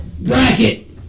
bracket